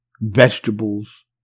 vegetables